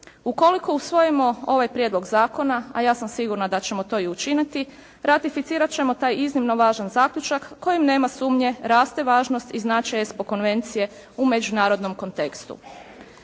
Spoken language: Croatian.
Ukoliko usvojimo ovaj Prijedlog zakona a ja sam sigurna da ćemo to i učiniti ratificirat ćemo taj iznimno važan zaključak kojim nema sumnje raste važnost i značaj Espo konvencije u međunarodnom kontekstu.